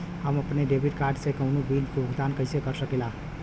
हम अपने debit card से कउनो बिल के भुगतान कइसे कर सकीला?